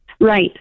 Right